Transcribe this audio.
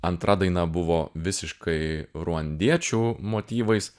antra daina buvo visiškai ruandiečių motyvais